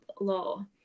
law